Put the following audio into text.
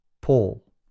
Paul